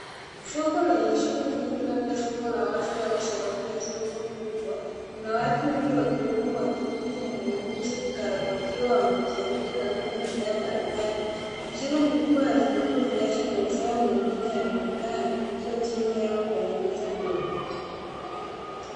Soko lenye shughuli nyingi labda soko la wazi au sehemu ya soko kubwa, kuna watu wengi wakiwemo wachuuzi na wanunuzi wakiwa wamekusanyika karibu na bidhaa mbalimbali. Msimu mkubwa wa vitunguu, viazi na mazao mengine yanaonekana yakiuzwa chini au kwenye meza ndogo.